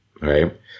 Right